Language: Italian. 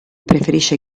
preferisce